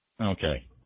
okay